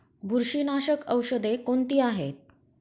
बुरशीनाशक औषधे कोणती आहेत?